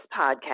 podcast